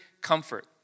comfort